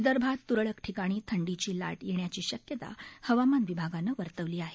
विदर्भात त्रळक ठिकाणी थंडीची लाट येण्याची शक्यता हवामान विभागानं वर्तवली आहे